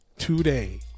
Today